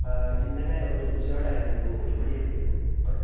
ഇന്നലെ ഒരുച്ചയോടെയായിരുന്നു ഒരു ഒരു മണിയൊക്കെയോടെ